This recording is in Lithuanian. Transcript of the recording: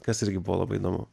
kas irgi buvo labai įdomu